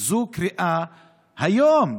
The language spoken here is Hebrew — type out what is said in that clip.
נראה לי שבמקרה